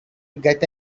get